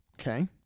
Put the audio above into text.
Okay